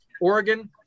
Oregon